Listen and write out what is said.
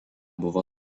buvo